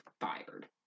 fired